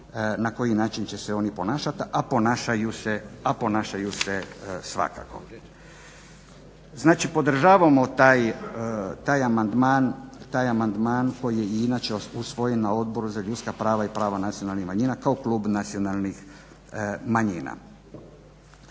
na koji način će se oni ponašati, a ponašaju se svakako. Znači podržavamo taj amandman koji je inače usvojen na Odboru za ljudska prava i prava nacionalnih manjina kao klub nacionalnih manjina.